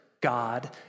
God